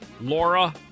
Laura